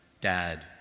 Dad